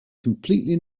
completely